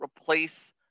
replace